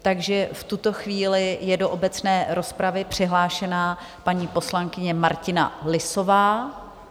Takže v tuto chvíli je do obecné rozpravy přihlášená paní poslankyně Martina Lisová.